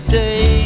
day